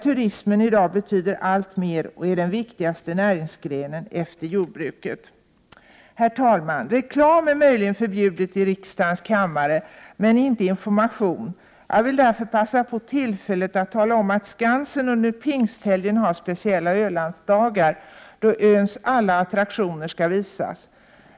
Turismen betyder där i dag allt mer och är den viktigaste näringsgrenen efter jordbruket. Herr talman! Reklam är möjligen förbjuden i riksdagens kammare, men inte information. Jag vill därför ta tillfället i akt att tala om att Skansen under pingsthelgen har speciella Ölandsdagar där öns alla attraktioner visas.